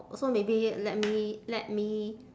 so maybe let me let me